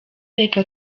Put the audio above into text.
reka